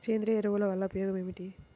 సేంద్రీయ ఎరువుల వల్ల ఉపయోగమేమిటీ?